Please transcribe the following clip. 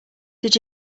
did